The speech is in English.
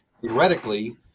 theoretically